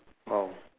oh